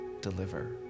Deliver